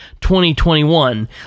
2021